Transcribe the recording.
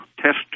test